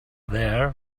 there